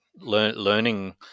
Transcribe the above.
learning